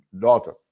daughter